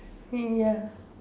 ya